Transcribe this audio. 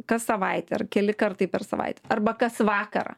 kas savaitę ar keli kartai per savaitę arba kas vakarą